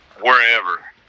wherever